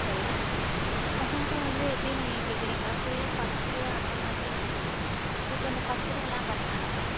சரி லெஹெங்கா வந்து எப்படி நீங்கள் கேட்குறீங்க ஃபுல் பட்டு அந்தமாதிரி வேணுமா இப்போ இந்த பட்டுலலாம் கட்றாங்கல்ல